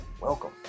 welcome